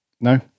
No